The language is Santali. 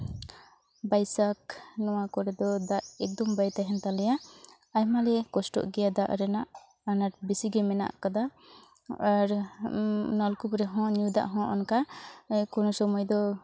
ᱵᱟᱹᱭᱥᱟᱹᱠᱷ ᱱᱚᱣᱟ ᱠᱚᱨᱮ ᱫᱚ ᱫᱟᱜ ᱮᱠᱫᱚᱢ ᱵᱟᱭ ᱛᱟᱦᱮᱱ ᱛᱟᱞᱮᱭᱟ ᱟᱭᱢᱟ ᱞᱮ ᱠᱚᱥᱴᱚᱜ ᱜᱮᱭᱟ ᱫᱟᱜ ᱨᱮᱱᱟᱜ ᱟᱱᱟᱴ ᱵᱤᱥᱤ ᱜᱮ ᱢᱮᱱᱟᱜ ᱠᱟᱫᱟ ᱟᱨ ᱱᱚᱞᱠᱩᱯ ᱨᱮᱦᱚᱸ ᱧᱩ ᱫᱟᱜ ᱦᱚᱸ ᱚᱱᱠᱟ ᱠᱳᱱᱳ ᱥᱚᱢᱚᱭ ᱫᱚ